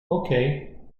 okay